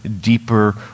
deeper